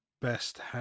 best